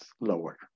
lower